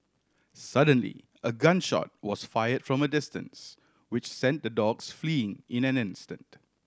suddenly a gun shot was fire from a distance which sent the dogs fleeing in an instant